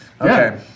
Okay